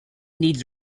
needs